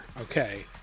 okay